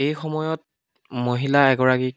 এই সময়ত মহিলা এগৰাকীক